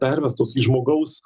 pervestos į žmogaus